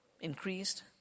increased